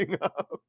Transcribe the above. up